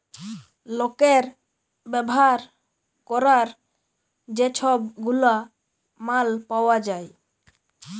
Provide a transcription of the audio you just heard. লকের ব্যাভার ক্যরার যে ছব গুলা মাল পাউয়া যায়